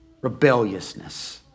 rebelliousness